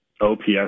OPS